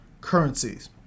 currencies